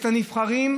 את הנבחרים,